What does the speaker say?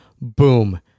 boom